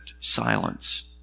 silence